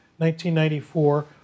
1994